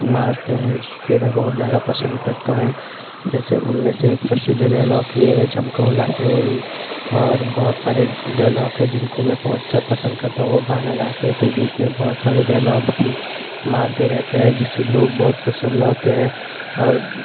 मारते हैं जिसे मैं बहुत ज़्यादा पसंद करता हूँ जैसे उनमें से प्रसिद्ध डायलॉग ये है झमकौला से होई और बहुत सारे डायलॉग हैं जिनको मैं बहुत ज़्यादा पसंद करता हूँ वो गाना गाते हैं तो बीच बहुत सारे भी मारते रहते हैं जिससे लोग बहुत प्रसन्न होते हैं और